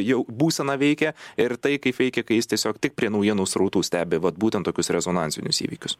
jau būseną veikia ir tai kaip veikė kai jis tiesiog taip prie naujienų srautų stebi vat būtent tokius rezonansinius įvykius